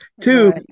two